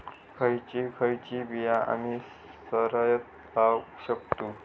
खयची खयची बिया आम्ही सरायत लावक शकतु?